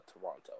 Toronto